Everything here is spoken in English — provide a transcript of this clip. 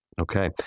Okay